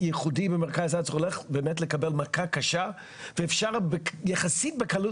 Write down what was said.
ייחודי ממרכז הארץ הולך לקבל מכה קשה ואפשר יחסית בקלות